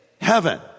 heaven